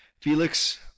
felix